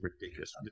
ridiculous